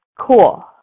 cool